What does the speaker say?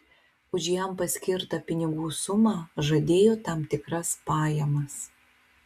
už jam paskirtą pinigų sumą žadėjo tam tikras pajamas